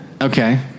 Okay